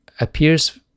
appears